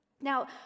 Now